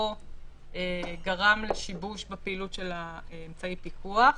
או גרם לשיבוש בפעילות של אמצעי הפיקוח,